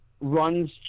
runs